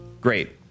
great